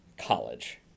college